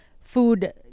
food